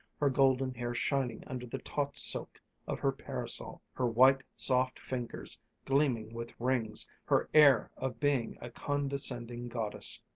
her golden hair shining under the taut silk of her parasol, her white, soft fingers gleaming with rings, her air of being a condescending goddess,